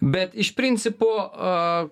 bet iš principo